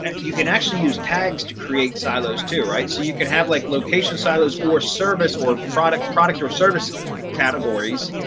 and you can actually use tags to create silos too, right? so you can have like location silos or service or product product or service categories,